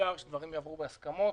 שדברים יעברו בהסכמות.